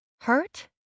Hurt